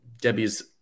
Debbie's